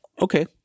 Okay